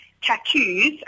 tattoos